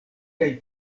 kaj